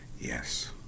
Yes